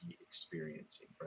experiencing